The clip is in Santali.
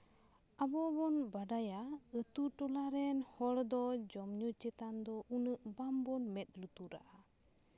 ᱟᱵᱚ ᱵᱚᱱ ᱵᱟᱰᱟᱭᱟ ᱟᱛᱳ ᱴᱚᱞᱟ ᱨᱮᱱ ᱦᱚᱲ ᱫᱚ ᱡᱚᱢ ᱧᱩ ᱪᱮᱛᱟᱱ ᱫᱚ ᱩᱱᱟᱹᱜ ᱵᱟᱝᱵᱚᱱ ᱢᱮᱫ ᱞᱩᱛᱩᱨᱟᱜᱼᱟ